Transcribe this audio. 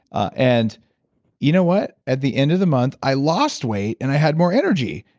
ah and you know what? at the end of the month, i lost weight and i had more energy.